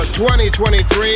2023